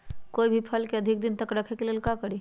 कोई भी फल के अधिक दिन तक रखे के ले ल का करी?